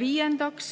Viiendaks,